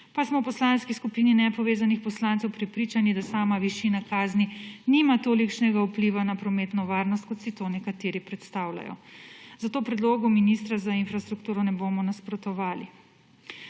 pa smo v Poslanski skupini nepovezanih poslancev prepričani, da sama višina kazni nima tolikšnega vpliva na prometno varnost, kot si to nekateri predstavljajo. Zato predlogu ministra za infrastrukturo ne bomo nasprotovali.